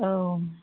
औ